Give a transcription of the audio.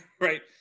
right